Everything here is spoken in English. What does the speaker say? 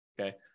okay